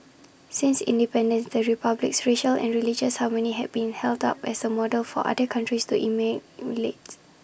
since independence the republic's racial and religious harmony have been held up as A model for other countries to email emulate